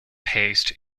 paced